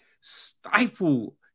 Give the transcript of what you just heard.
stifle